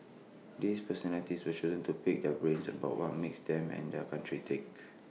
these personalities were chosen to pick their brains about what makes them and their country tick